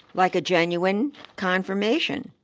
like a genuine confirmation.